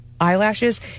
eyelashes